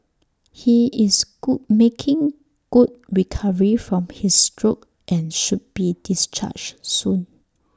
he is good making good recovery from his stroke and should be discharged soon